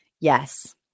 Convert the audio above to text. Yes